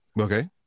Okay